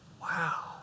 Wow